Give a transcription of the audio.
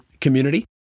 community